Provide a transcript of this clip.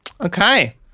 Okay